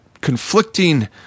conflicting